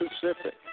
Pacific